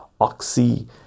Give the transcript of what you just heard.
Oxy